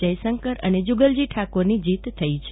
જયશંકર અને જુગલજી કિશોર ઠાકોરની જીત થઈ છે